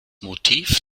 motiv